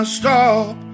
stop